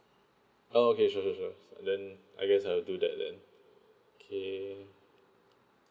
oh okay sure sure sure then I guess I will do that then okay